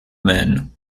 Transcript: men